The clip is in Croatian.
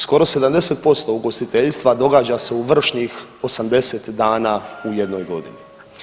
Skoro 70% ugostiteljstva događa se u vršnih 80 dana u jednoj godini.